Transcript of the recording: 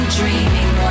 dreaming